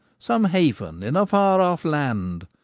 some haven in a far-off land,